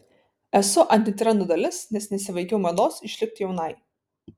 esu antitrendo dalis nes nesivaikau mados išlikti jaunai